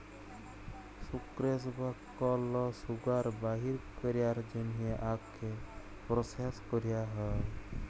sucrose বা কল sugar বাইর ক্যরার জ্যনহে আখকে পরসেস ক্যরা হ্যয়